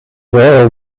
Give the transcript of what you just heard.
were